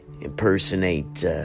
Impersonate